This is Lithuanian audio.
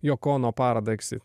joko ono parodą eks it